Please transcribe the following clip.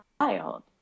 child